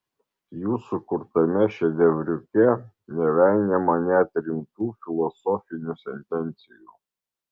jų sukurtame šedevriuke nevengiama net rimtų filosofinių sentencijų